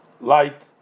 light